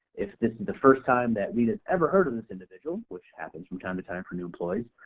if this is the first time that reta has ever heard of this individual which happens from time to time for new employees.